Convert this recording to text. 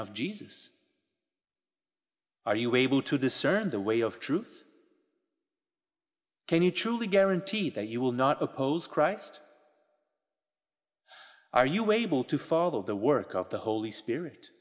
of jesus are you able to discern the way of truth can you truly guarantee that you will not oppose christ are you able to follow the work of the holy spirit